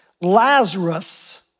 Lazarus